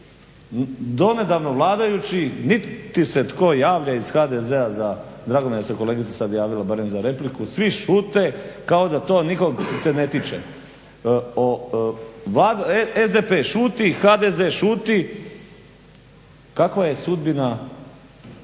donedavno vladajući niti se tko javlja iz HDZ-a za drago mi je da se kolegica sada javila barem za repliku svi šute kao da se to nikoga ne tiče. SDP šuti, HDZ šuti, kakva je sudbina